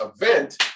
event